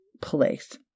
place